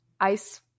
Ice